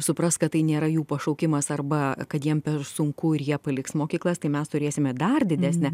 supras kad tai nėra jų pašaukimas arba kad jiem per sunku ir jie paliks mokyklas tai mes turėsime dar didesnę